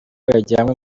yajyanwe